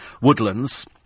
Woodlands